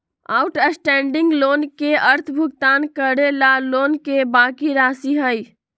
outstanding loan के अर्थ भुगतान करे ला लोन के बाकि राशि हई